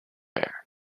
air